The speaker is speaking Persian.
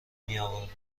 میاوردم